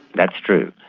that's true,